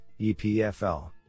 EPFL